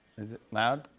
is it loud?